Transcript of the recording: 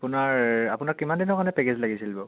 আপোনাৰ আপোনাক কিমান দিনৰ কাৰণে পেকেজ লাগিছিল বাৰু